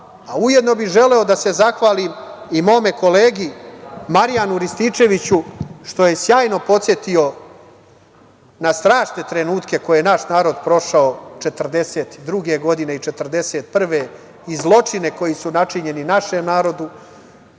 a ujedno bih želeo da se zahvalim i mome kolegi Marijanu Rističeviću što je sjajno podsetio na strašne trenutke koje je naš narod prošao 1941. i 1942. godine i zločine koji su načinjeni našem narodu